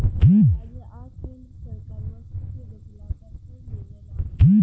राज्य आ केंद्र सरकार वस्तु के बेचला पर कर लेवेला